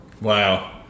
Wow